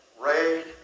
Ray